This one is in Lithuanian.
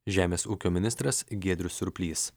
žemės ūkio ministras giedrius siurplys